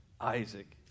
Isaac